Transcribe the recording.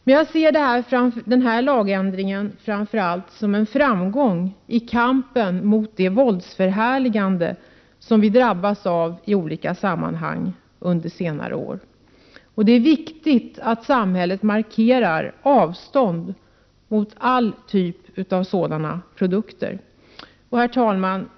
Men framför allt ser jag denna lagändring som en framgång i kampen mot det våldsförhärligande som vi drabbats av i olika sammanhang under senare år. Det är viktigt att samhället markerar avståndstagande från alla typer av sådana produkter. Herr talman!